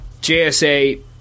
JSA